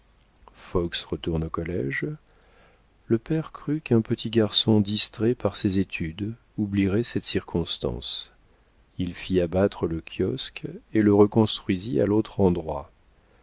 retourne au collége le père crut qu'un petit garçon distrait par ses études oublierait cette circonstance il fit abattre le kiosque et le reconstruisit à l'autre endroit